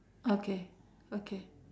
okay okay